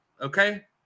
Okay